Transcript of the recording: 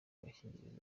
agakingirizo